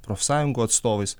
profsąjungų atstovais